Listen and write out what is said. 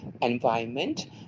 environment